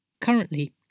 Currently